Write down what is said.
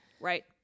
Right